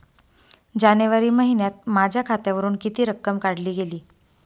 जानेवारी महिन्यात माझ्या खात्यावरुन किती रक्कम काढली गेली?